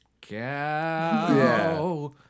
cow